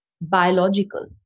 biological